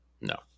no